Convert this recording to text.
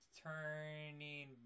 turning